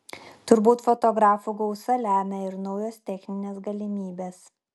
turbūt fotografų gausą lemia ir naujos techninės galimybės